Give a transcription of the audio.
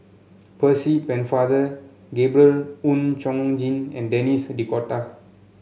Percy Pennefather Gabriel Oon Chong Jin and Denis D'Cotta